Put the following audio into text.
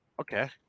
Okay